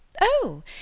Oh